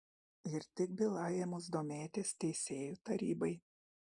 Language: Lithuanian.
ir tik byla ėmus domėtis teisėjų tarybai